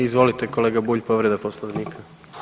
Izvolite kolega Bulj, povreda Poslovnika.